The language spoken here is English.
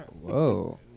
Whoa